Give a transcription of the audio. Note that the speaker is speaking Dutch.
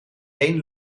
één